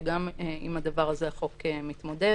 וגם עם הדבר הזה החוק מתמודד.